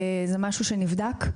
זה משהו שנבדק?